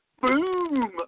boom